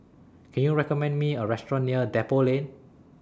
Can YOU recommend Me A Restaurant near Depot Lane